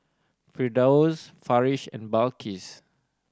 Firdaus Farish and Balqis